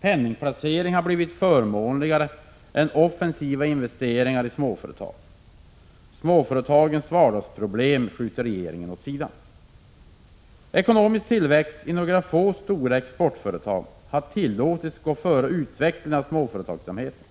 Penningplacering har blivit förmånligare än offensiva investeringar i småföretag. Småföretagens vardagsproblem skjuter regeringen åt sidan. Ekonomisk tillväxt i några få stora exportföretag har tillåtits gå före utveckling av småföretagsamheten.